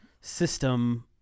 system